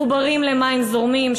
מחוברים למים זורמים,